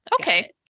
okay